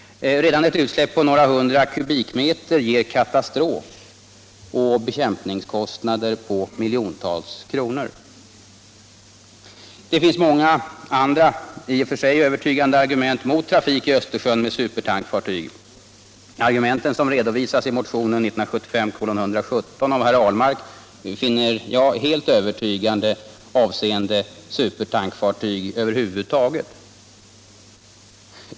Redan ett utsläpp på några hundra kubikmeter ger katastrof och bekämpningskostnader på miljontals kronor. Det finns många andra i och för sig övertygande argument mot trafik i Östersjön med supertankfartyg. Argumenten som redovisas i motionen 1975:117 av herr Ahlmark finner jag helt övertygande när det gäller supertankfartyg över huvud taget.